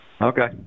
Okay